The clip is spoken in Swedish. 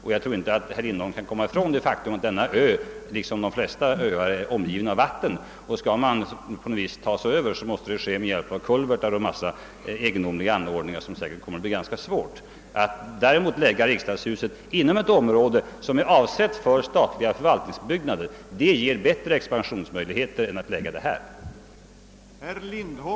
Herr Lindholm kan ju ändå inte komma ifrån det faktum att denna ö liksom alla andra öar är omgiven av vatten, och om man därför skall ta sig över måste det ske med hjälp av kulvertar eller andra konstlade och svåra anordningar. Att förlägga riksdagshuset inom ett område som är avsett för statliga förvaltningsbyggnader ger bättre expansionsmöjligheter än att förlägga det till Helgeandsholmen.